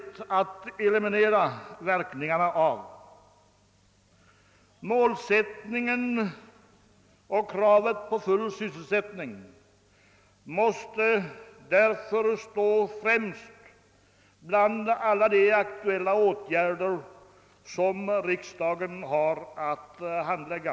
Kravet på full sysselsättning måste därför stå främst bland de aktuella frågor som riksdagen har att handlägga.